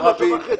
ערבית,